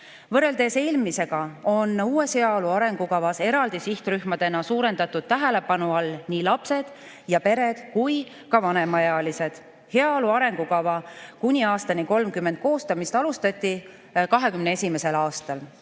Võrreldes eelmisega on uues heaolu arengukavas eraldi sihtrühmadena suurendatud tähelepanu all nii lapsed ja pered kui ka vanemaealised. Heaolu arengukava kuni aastani 2030 koostamist alustati 2021. aastal.